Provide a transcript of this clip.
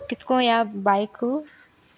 कितकोन या बायक